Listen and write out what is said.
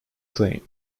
claim